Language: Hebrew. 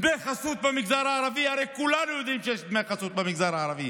דמי חסות במגזר הערבי?